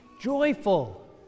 joyful